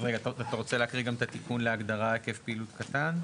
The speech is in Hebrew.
אתה רוצה להקריא גם את התיקון להגדרה "היקף פעילות קטן"?